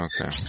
Okay